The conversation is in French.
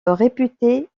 réputée